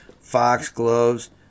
foxgloves